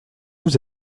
vous